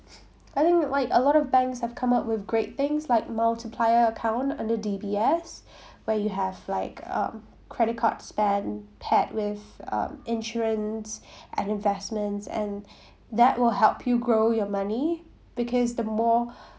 I think like a lot of banks have come up with great things like multiplier account under D_B_S where you have like um credit card spend paired with um insurance and investments and that will help you grow your money because the more